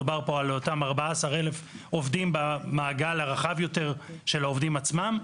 מדובר על אותם 14 אלף עובדים במעגל הרחב יותר של העובדים עצמם.